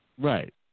Right